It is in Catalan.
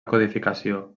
codificació